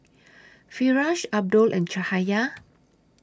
Firash Abdul and Cahaya